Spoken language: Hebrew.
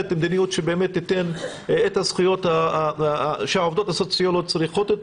שתיתן את הזכויות שהעובדות הסוציאליות צריכות.